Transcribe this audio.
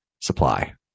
supply